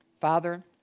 Father